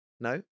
No